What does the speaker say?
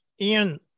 Ian